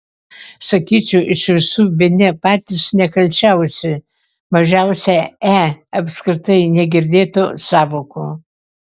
sakyčiau iš visų bene patys nekalčiausi mažiausia e apskritai negirdėtų sąvokų